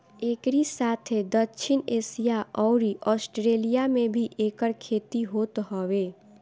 एकरी साथे दक्षिण एशिया अउरी आस्ट्रेलिया में भी एकर खेती होत हवे